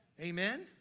Amen